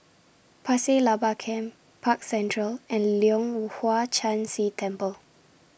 Pasir Laba Camp Park Central and Leong Hwa Chan Si Temple